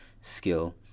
skill